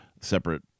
separate